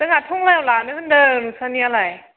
जोंहा टंलायाव लानो होनदों नोंस्रानियालाय